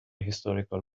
historical